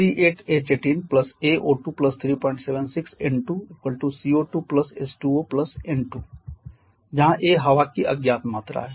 C8H18 a O2 376 N2 🡪 CO2 H2O N2 जहाँ a हवा की अज्ञात मात्रा है